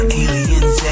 aliens